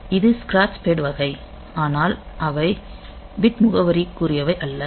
இது ஸ்க்ராட்ச்பேட் வகை ஆனால் அவை பிட் முகவரிக்குரியவை அல்ல